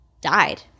died